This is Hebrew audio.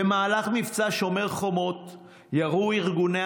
במהלך מבצע שומר החומות ירו ארגוני